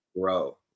grow